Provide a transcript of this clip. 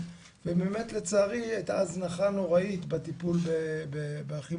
ובאמת לצערי הייתה הזנחה נוראית בטיפול באחים